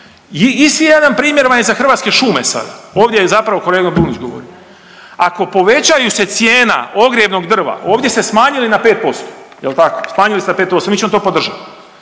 Isti vam je primjer vam je za Hrvatske šume sada, ovdje je zapravo kolega .../Govornik se ne razumije./... govorio. Ako povećaju se cijena ogrjevnog drva, ovdje ste smanjili na 5%, je li tako? Smanjili ste na 5%, mi ćemo to podržati.